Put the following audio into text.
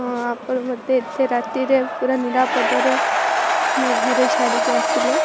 ହଁ ଆପଣ ମୋତେ ଏତେ ରାତିରେ ପୁରା ନିରାପଦରେ ମୋ ଘରେ ଛାଡ଼ିକି ଆସିଲେ